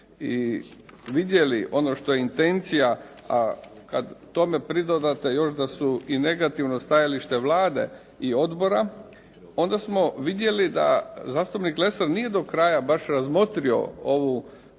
i vidjeli ono što je intencija, a kad tome pridodate još da su i negativno stajalište Vlade i odbora, onda smo vidjeli da zastupnik Lesar nije do kraja baš razmotrio ovu